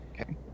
Okay